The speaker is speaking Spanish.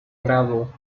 grado